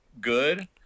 good